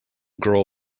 girl